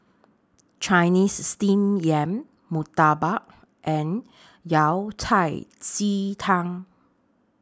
Chinese Steamed Yam Murtabak and Yao Cai Ji Tang